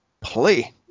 play